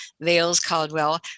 Vales-Caldwell